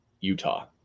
Utah